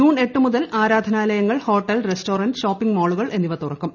June എട്ടു മുതൽ ആരാധനാലയങ്ങൾ ഹോട്ടൽ റസ്റ്റോറന്റ് ഷോപ്പിംഗ് മാളുകൾ എന്നിവ തുറക്കും